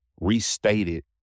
restated